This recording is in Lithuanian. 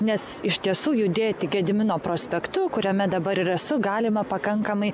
nes iš tiesų judėti gedimino prospektu kuriame dabar esu galima pakankamai